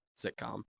sitcom